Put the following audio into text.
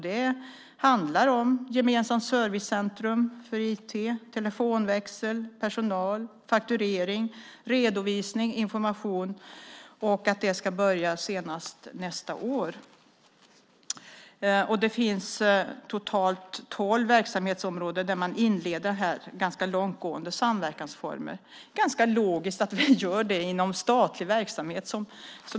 Det handlar om ett gemensamt servicecentrum för IT, telefonväxel, personal, fakturering, redovisning och information. Det ska börja senast nästa år. Det finns totalt tolv verksamhetsområden där man inleder ganska långtgående samverkansformer. Det är logiskt att vi gör det inom statlig verksamhet.